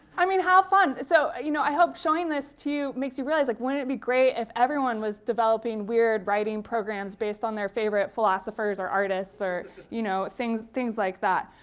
i mean, how fun! so you know i hope showing this to you makes you realize. like wouldn't it be great if everyone was developing weird writing programs based on their favorite philosophers or artists or you know things things like that?